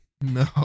No